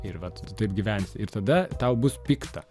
ir vat tu taip gyvensi ir tada tau bus pikta